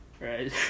right